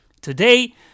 Today